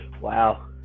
Wow